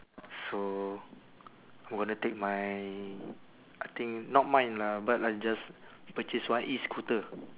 so I wanna take my I think not mine lah but I'll just purchase one e-scooter